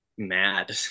Mad